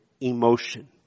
emotion